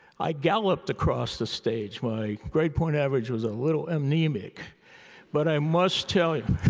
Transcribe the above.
i galloped across the stage. my grade point average was a little anemic but i must tell you